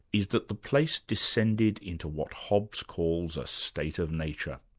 is that the place descended into what hobbes calls a state of nature.